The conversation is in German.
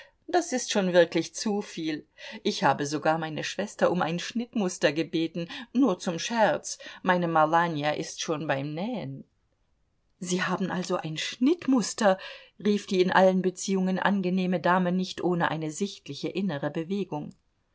das ist schon wirklich zu viel ich habe sogar meine schwester um ein schnittmuster gebeten nur zum scherz meine malanja ist schon beim nähen sie haben also ein schnittmuster rief die in allen beziehungen angenehme dame nicht ohne eine sichtliche innere bewegung